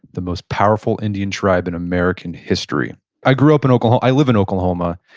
the most powerful indian tribe in american history i grew up in oklahoma. i live in oklahoma.